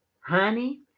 Honey